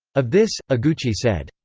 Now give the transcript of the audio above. of this, iguchi said,